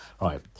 right